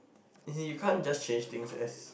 as in you can't just change things as